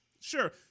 Sure